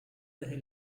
desde